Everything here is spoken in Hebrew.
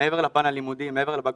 מעבר לפן הלימודי, מעבר לבגרויות,